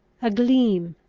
a gleam,